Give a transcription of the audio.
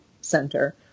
center